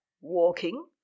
walking